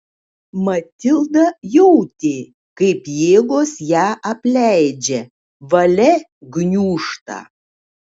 matilda jautė kaip jėgos ją apleidžia valia gniūžta